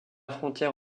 frontière